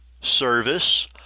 Service